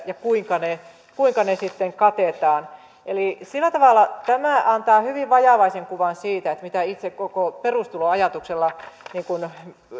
ja kuinka ne kuinka ne sitten katetaan eli sillä tavalla tämä antaa hyvin vajavaisen kuvan siitä mitä itse koko perustuloajatuksella